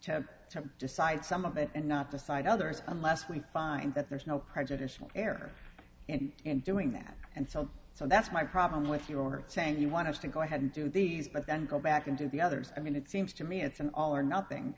have to decide some of it and not decide others unless we find that there's no prejudicial error and in doing that and so so that's my problem with your saying you want to go ahead and do these but then go back into the others i mean it seems to me it's an all or nothing